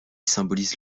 symbolise